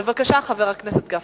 בבקשה, חבר הכנסת גפני.